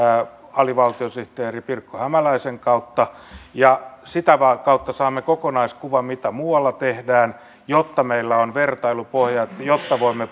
alivaltiosihteeri pirkko hämäläisen kautta sitä kautta saamme kokonaiskuvan mitä muualla tehdään jotta meillä on vertailupohja jotta voimme